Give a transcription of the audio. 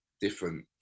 different